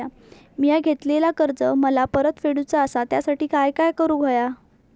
मिया घेतलेले कर्ज मला परत फेडूचा असा त्यासाठी काय काय करून होया?